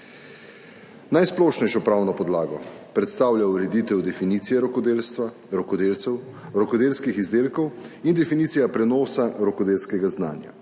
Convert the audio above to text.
Najsplošnejšo pravno podlago predstavlja ureditev definicije rokodelstva, rokodelcev, rokodelskih izdelkov in definicija prenosa rokodelskega znanja.